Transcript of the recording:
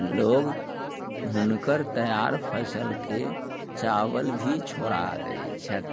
लोग हुनकर तैआर फसलके चावल भी छोड़ा दय छथि